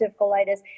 colitis